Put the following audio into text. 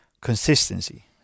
consistency